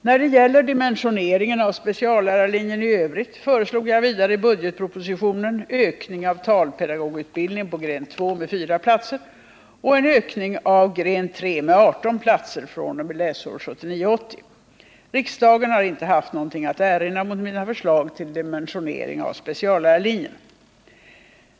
När det gäller dimensioneringen av speciallärarlinjen i övrigt föreslog jag vidare i budgetpropositionen en ökning av talpedagogutbildningen på gren 2 med 4 platser och en ökning av gren 3 med 18 platser fr.o.m. läsåret 1979 79:33, rskr 1978/79:273).